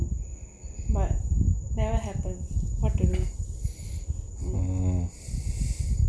but never happen what to do mm